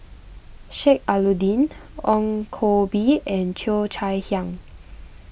Sheik Alau'ddin Ong Koh Bee and Cheo Chai Hiang